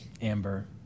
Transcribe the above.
Amber